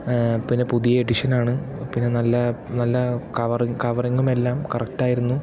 പിന്നെ പുതിയ എഡിഷനാണ് പിന്നെ നല്ല നല്ല കവറിങ്ങും എല്ലാം കറക്ട് ആയിരുന്നു